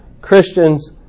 Christians